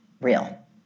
real